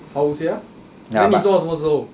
好 sia then 你做到什么时候